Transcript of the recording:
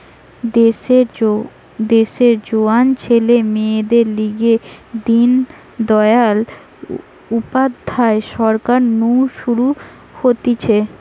দেশের জোয়ান ছেলে মেয়েদের লিগে দিন দয়াল উপাধ্যায় সরকার নু শুরু হতিছে